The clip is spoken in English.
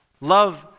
love